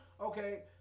okay